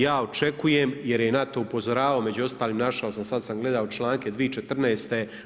Ja očekuje jer je i na to upozoravao među ostalim, našao sam sad sam gledao članke 2014.